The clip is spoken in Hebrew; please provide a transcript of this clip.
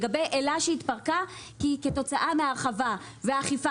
לגבי אל"ה שהתפרקה כתוצאה מהרחבה ואכיפה